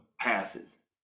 passes